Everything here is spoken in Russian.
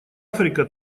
африка